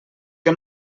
que